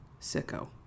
sicko